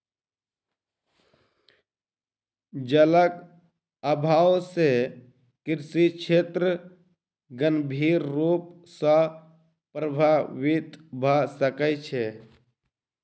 जलक अभाव से कृषि क्षेत्र गंभीर रूप सॅ प्रभावित भ सकै छै